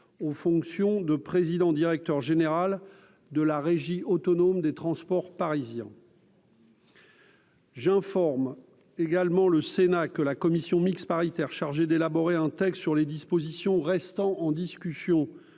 aux fonctions de président directeur général de la Régie autonome des transports parisiens. J'informe également le Sénat que la commission mixte paritaire chargée d'élaborer un texte sur les dispositions restant en discussion